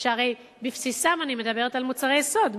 שהרי בבסיסם אני מדברת על מוצרי יסוד,